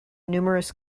numerous